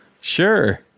Sure